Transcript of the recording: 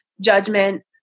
judgment